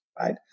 right